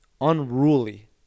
unruly